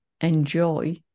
enjoy